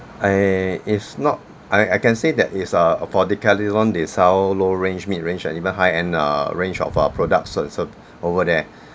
I is not I I can say that is a this how low-range mid-range and even high-end err range of uh products s~ over there